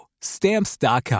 Stamps.com